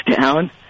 down